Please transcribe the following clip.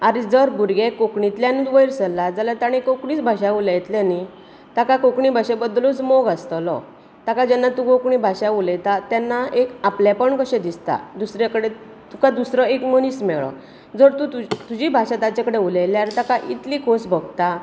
आनी जर भुरगें कोंकणीतल्यानूच वयर सरलां जाल्यार कोंकणीच भाशा उलयतले न्ही ताका कोंकणी भाशे बद्दलूच मोग आसतलो ताका जेन्ना तूं कोंकणी भाशा उलयता तेन्ना एक आपलेंपण कशें दिसता दुसरे कडेन तुकां दुसरो एक मनीस मेळ्ळो जर तूं तुजी भाशा ताचे कडेन उलयल्यार ताका इतली खोस भोगता